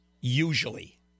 usually